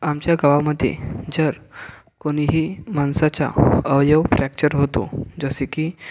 आमच्या गावामध्ये जर कोणीही माणसाचा अवयव फ्रॅक्चर होतो जसे की